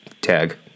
tag